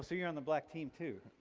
so you're on the black team too?